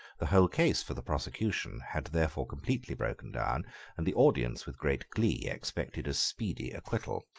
the whole case for the prosecution had therefore completely broken down and the audience, with great glee, expected a speedy acquittal.